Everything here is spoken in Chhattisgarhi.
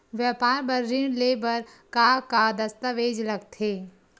व्यापार बर ऋण ले बर का का दस्तावेज लगथे?